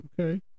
Okay